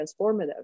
transformative